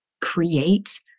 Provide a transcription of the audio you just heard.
create